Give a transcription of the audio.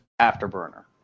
afterburner